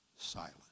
silent